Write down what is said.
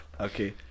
Okay